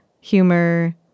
humor